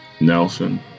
Nelson